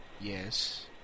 Yes